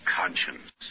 conscience